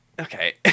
okay